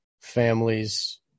families